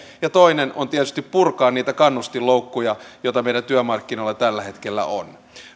ja toinen on tietysti purkaa niitä kannustinloukkuja joita meidän työmarkkinoilla tällä hetkellä on